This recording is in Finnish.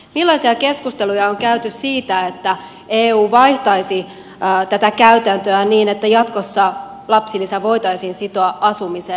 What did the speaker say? millaisia keskusteluja on käyty siitä että eu vaihtaisi tätä käytäntöä niin että jatkossa lapsilisä voitaisiin sitoa asumiseen